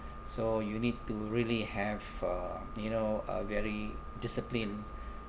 so you need to really have uh you know a very disciplined